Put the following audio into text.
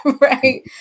right